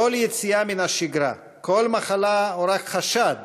כל יציאה מן השגרה, כל מחלה או רק חשד,